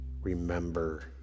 remember